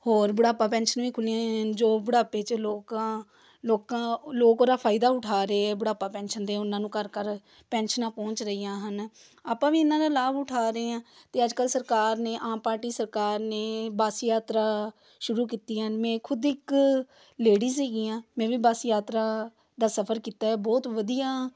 ਹੋਰ ਬੁਢਾਪਾ ਪੈਨਸ਼ਨ ਵੀ ਖੁੱਲ੍ਹੀਆਂ ਹੋਈਆਂ ਹਨ ਜੋ ਬੁਢਾਪੇ 'ਚ ਲੋਕਾਂ ਲੋਕਾਂ ਲੋਕ ਉਹਦਾ ਫਾਇਦਾ ਉਠਾ ਰਹੇ ਆ ਬੁਢਾਪਾ ਪੈਨਸ਼ਨ ਦੇ ਉਹਨਾਂ ਨੂੰ ਘਰ ਘਰ ਪੈਨਸ਼ਨਾਂ ਪਹੁੰਚ ਰਹੀਆਂ ਹਨ ਆਪਾਂ ਵੀ ਇਹਨਾਂ ਦਾ ਲਾਭ ਉਠਾ ਰਹੇ ਹਾਂ ਅਤੇ ਅੱਜ ਕੱਲ੍ਹ ਸਰਕਾਰ ਨੇ ਆਮ ਪਾਰਟੀ ਸਰਕਾਰ ਨੇ ਬਸ ਯਾਤਰਾ ਸ਼ੁਰੂ ਕੀਤੀਆਂ ਹਨ ਮੈਂ ਖੁਦ ਇੱਕ ਲੇਡੀਸ ਹੈਗੀ ਹਾਂ ਮੈਂ ਵੀ ਬਸ ਯਾਤਰਾ ਦਾ ਸਫਰ ਕੀਤਾ ਬਹੁਤ ਵਧੀਆ